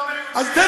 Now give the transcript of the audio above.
אתה אומר: יהודי,